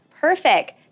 Perfect